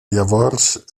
llavors